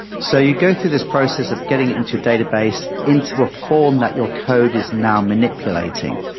so you go through this process of getting into database into a form that your code is now manipulating.